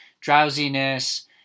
drowsiness